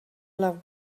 love